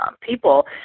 people